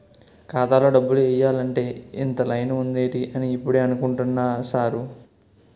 ఖాతాలో డబ్బులు ఎయ్యాలంటే ఇంత లైను ఉందేటి అని ఇప్పుడే అనుకుంటున్నా సారు